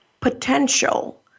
potential